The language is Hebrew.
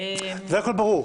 --- הכול ברור.